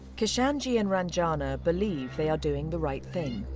kishanji and ranjana believe they are doing the right thing.